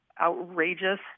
outrageous